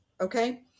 Okay